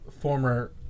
Former